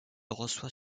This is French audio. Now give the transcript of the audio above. reçoit